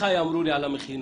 אמרו על המכינות,